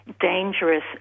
dangerous